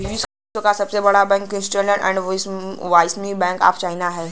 विश्व क सबसे बड़ा bank industrial and commercial bank of China हौ